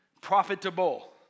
Profitable